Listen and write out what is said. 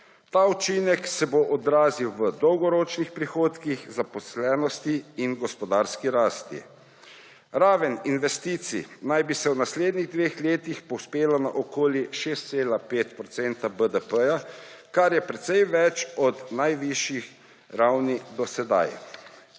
Ta učinek se bo odrazil v dolgoročnih prihodkih, zaposlenosti in gospodarski rasti. Raven investicij naj bi se v naslednjih dveh letih povzpela na okoli 6,5 % BDP, kar je precej več od najvišjih ravni do sedaj.